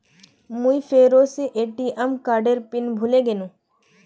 मुई फेरो से ए.टी.एम कार्डेर पिन भूले गेनू